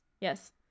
Yes